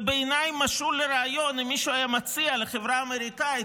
זה בעיניי משול לרעיון שמישהו היה מציע לחברה האמריקאית,